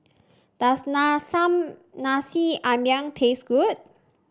does Nasi Ambeng taste good